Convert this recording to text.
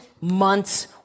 months